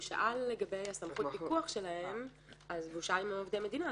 הוא שאל לגבי סמכות הפיקוח שלהם והוא שאל אם הם עובדי מדינה,